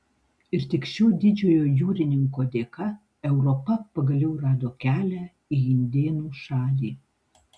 ir tik šio didžiojo jūrininko dėka europa pagaliau rado kelią į indėnų šalį